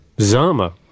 zama